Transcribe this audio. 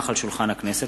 על שולחן הכנסת,